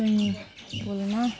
swimming पुलमा